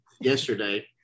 yesterday